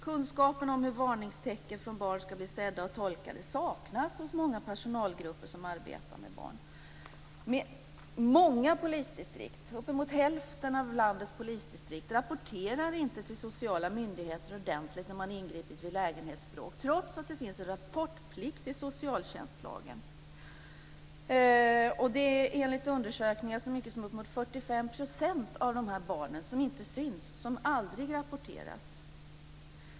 Kunskapen om hur varningstecken från barn ska bli sedda och tolkade saknas hos många personalgrupper som arbetar med barn. Uppemot hälften av landets polisdistrikt rapporterar inte till sociala myndigheter ordentligt när man har ingripit vid lägenhetsbråk, trots att det finns en rapportplikt i socialtjänstlagen. Enligt undersökningar är det uppemot 45 % av dessa barn som inte syns och som aldrig rapporteras.